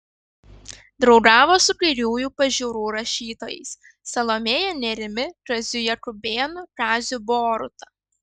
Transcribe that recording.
draugavo su kairiųjų pažiūrų rašytojais salomėja nėrimi kaziu jakubėnu kaziu boruta